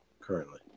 currently